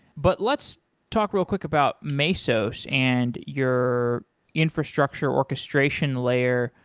but let's talk real quick about mesos and your infrastructure orchestration layer.